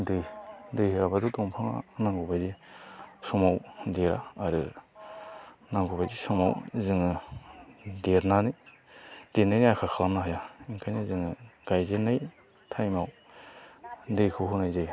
दै होआब्लाथ' दंफाङा नांगौबायदि समाव देरा आरो नांगौबायदि समाव जोङो देरनानै देरनायनि आखा खालामनो हाया ओंखायनो जोङो गायजेननाय टाइमाव दैखौ होनाय जायो